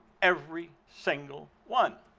every single one.